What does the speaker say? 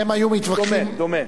הם היו מתווכחים, דומה, דומה.